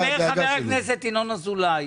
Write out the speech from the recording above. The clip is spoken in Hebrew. חבר הכנסת ינון אזולאי,